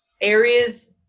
areas